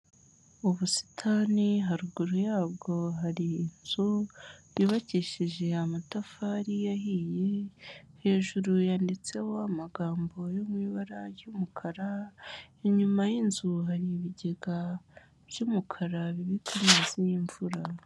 Ubusitani haruguru yabwo hari inzu, yubakishije amatafari ahiye, hejuru yanditseho amagambo yo mu ibara ry'umukara, inyuma y'inzu hari ibigega by'umukara, bibika amazi y'imvura.